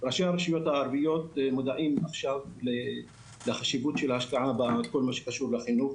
שראשי הרשויות מודעים לחשיבות ההשקעה בחינוך,